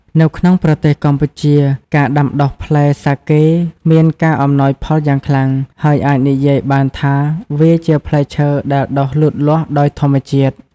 នៅក្នុងប្រទេសកម្ពុជា ការដាំដុះផ្លែសាកេមានការអំណោយផលយ៉ាងខ្លាំង ហើយអាចនិយាយបានថាវាជាផ្លែឈើដែលដុះលូតលាស់ដោយធម្មជាតិ។